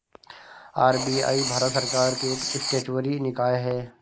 RBI भारत सरकार की एक स्टेचुअरी निकाय है